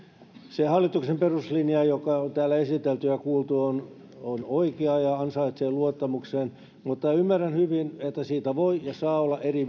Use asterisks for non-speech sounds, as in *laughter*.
se hallituksen peruslinja joka on täällä esitelty ja kuultu on oikea ja ansaitsee luottamuksen mutta ymmärrän hyvin että siitä voi ja saa olla eri *unintelligible*